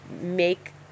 make